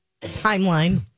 timeline